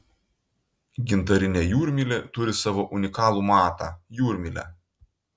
gintarinė jūrmylė turi savo unikalų matą jūrmylę